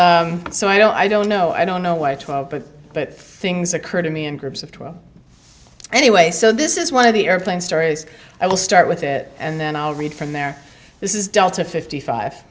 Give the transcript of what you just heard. so i don't know i don't know why twelve but but things occur to me in groups of twelve anyway so this is one of the airplane stories i will start with it and then i'll read from there this is delta fifty five